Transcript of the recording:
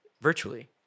virtually